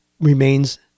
remains